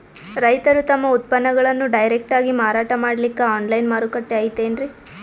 ರೈತರು ತಮ್ಮ ಉತ್ಪನ್ನಗಳನ್ನು ಡೈರೆಕ್ಟ್ ಆಗಿ ಮಾರಾಟ ಮಾಡಲಿಕ್ಕ ಆನ್ಲೈನ್ ಮಾರುಕಟ್ಟೆ ಐತೇನ್ರೀ?